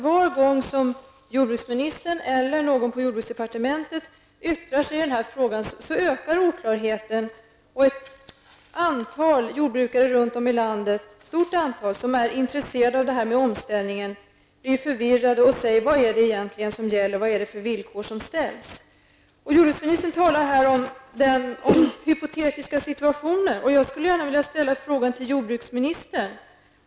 Var gång jordbruksministern eller någon annan på jordbruksdepartementet yttrar sig i den här frågan ökar tyvärr oklarheten, och ett stort antal jordbrukare runt om i landet som är intresserade av denna omställning blir förvirrade och undrar vad det är som egentligen gäller och vilka villkor som ställs. Jordbruksministern talar om hypotetiska situationer. Jag skulle gärna vilja ställa en fråga till jordbruksministern.